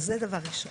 אז זה דבר ראשון.